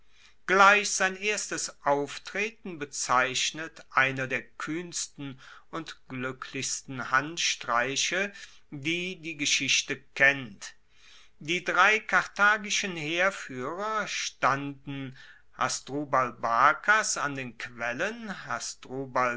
gleich sein erstes auftreten bezeichnet einer der kuehnsten und gluecklichsten handstreiche die die geschichte kennt die drei karthagischen heerfuehrer standen hasdrubal barkas an den quellen